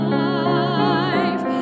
life